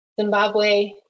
Zimbabwe